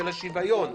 של השוויון,